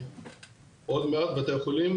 עוד מעט בתי החולים